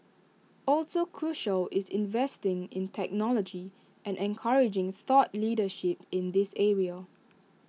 also crucial is investing in technology and encouraging thought leadership in this area